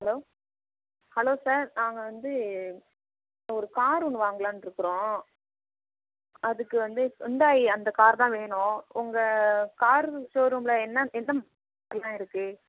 hello hello sir நாங்கள் வந்து ஒரு காரு ஒன்று வாங்கலானுருக்குறோம் அதுக்கு வந்து ஹுண்டாய் அந்த காரு தான் வேணும் உங்கள் கார் ஷோரூமில் என்ன எந்த இருக்குது